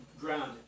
grounded